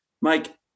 Mike